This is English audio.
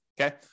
okay